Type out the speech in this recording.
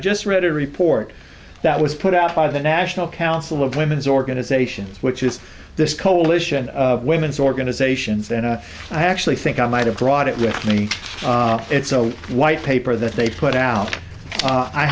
just read a report that was put out by the national council of women's organizations which is this coalition of women's organizations and i actually think i might have brought it with me it's a white paper that they put out